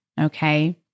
okay